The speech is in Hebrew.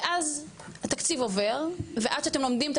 ואז התקציב עובר ועד שאתם לומדים את